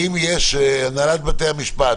הנהלת בתי המשפט,